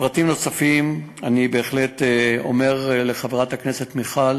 לפרטים נוספים, אני בהחלט אומר לחברת הכנסת מיכל